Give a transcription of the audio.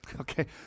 Okay